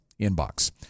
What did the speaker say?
inbox